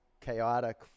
chaotic